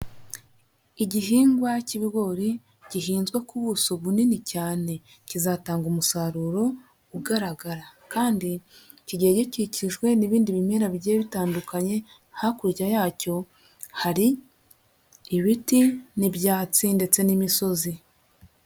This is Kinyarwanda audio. Igihingwa cy'ibigori, gihinzwe ku buso bunini cyane, kizatanga umusaruro ugaragara kandi kigiye gikikijwe n'ibindi bimera bigiye bitandukanye, hakurya yacyo hari ibiti n'ibyatsi ndetse n'imisozi.